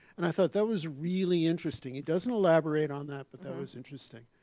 and i thought that was really interesting. he doesn't elaborate on that, but that was interesting.